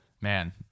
man